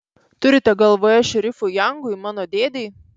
turite galvoje šerifui jangui mano dėdei